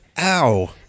Ow